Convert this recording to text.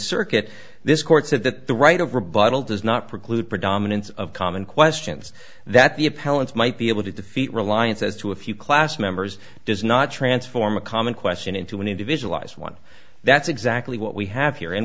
circuit this court said that the right of rebuttal does not preclude predominance of common questions that the appellants might be able to defeat reliance as to a few class members does not transform a common question into an individualized one that's exactly what we have here